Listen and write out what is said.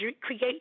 create